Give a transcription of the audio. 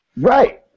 Right